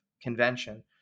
convention